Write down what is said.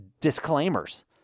disclaimers